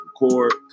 record